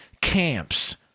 camps